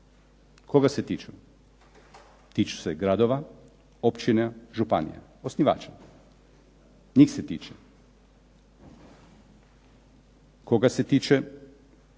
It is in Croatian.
Koga se tiču? Tiču se gradova, općina, županija osnivača, njih se tiče. Koga se tiče